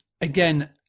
again